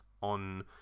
on